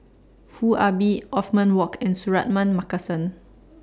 Foo Ah Bee Othman Wok and Suratman Markasan